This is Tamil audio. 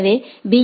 எனவே பி